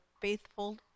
faithful